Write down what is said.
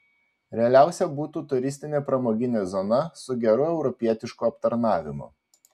realiausia būtų turistinė pramoginė zona su geru europietišku aptarnavimu